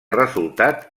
resultat